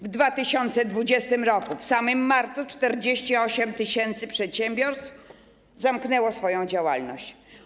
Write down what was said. W 2020 r. w samym marcu 48 tys. przedsiębiorstw zamknęło swoją działalność.